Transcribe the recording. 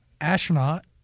Astronaut